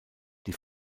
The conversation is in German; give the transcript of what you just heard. die